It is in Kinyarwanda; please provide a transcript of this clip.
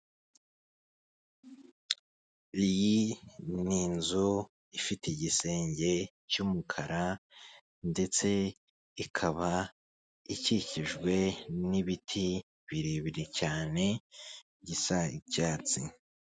Iyi ni inzu ifite igisenge cy'umukara ndetse ikaba ikikijwe n'ibiti birebire cyane, gisa icyatsi.